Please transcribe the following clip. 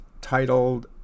titled